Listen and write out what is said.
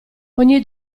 ogni